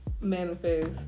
manifest